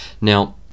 now